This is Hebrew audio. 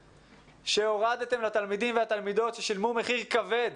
שהורדתם לתלמידים והתלמידות ששלמו מחיר כבד,